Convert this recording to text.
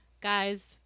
Guys